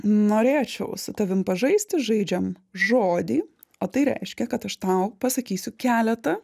norėčiau su tavim pažaisti žaidžiam žodį o tai reiškia kad aš tau pasakysiu keletą